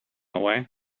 away